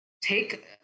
take